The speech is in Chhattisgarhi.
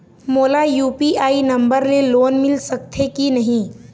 मोला यू.पी.आई नंबर ले लोन मिल सकथे कि नहीं?